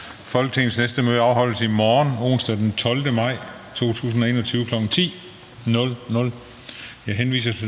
Folketingets næste møde afholdes i morgen, onsdag den 12. maj 2021, kl. 10.00.